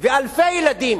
אלפי ילדים